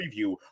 preview